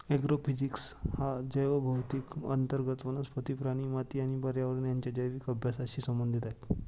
agrophysics हा जैवभौतिकी अंतर्गत वनस्पती, प्राणी, माती आणि पर्यावरण यांच्या जैविक अभ्यासाशी संबंधित आहे